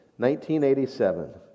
1987